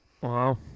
Wow